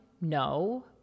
No